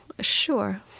sure